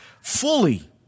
fully